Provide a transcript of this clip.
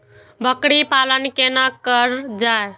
बकरी पालन केना कर जाय?